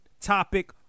topic